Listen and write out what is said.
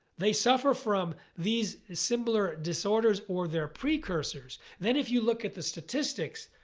they suffer from these similar disorders or they're precursors. then if you look at the statistics,